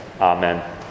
amen